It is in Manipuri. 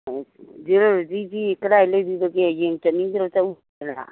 ꯖꯨꯂꯣꯖꯤꯗꯤ ꯀꯗꯥꯏ ꯂꯩꯕꯤꯕꯒꯦ ꯌꯦꯡ ꯆꯠꯅꯤꯡꯗ꯭ꯔꯣ ꯆꯧꯁꯤꯗꯅ